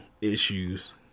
issues